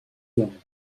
hommes